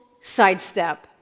sidestep